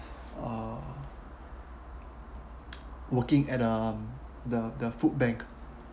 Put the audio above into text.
uh working at um the the food bank